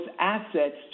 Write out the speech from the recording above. assets